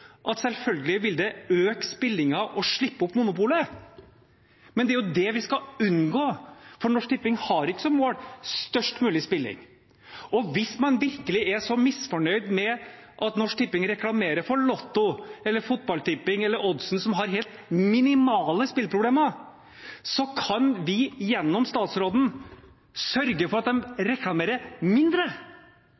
at selvfølgelig vil det øke spillingen å slippe opp monopolet. Men det er jo det vi skal unngå, for Norsk Tipping har ikke størst mulig spilling som mål. Hvis man virkelig er så misfornøyd med at Norsk Tipping reklamerer for Lotto eller fotballtipping eller Oddsen, som har helt minimale spilleproblemer, kan vi, gjennom statsråden, sørge for at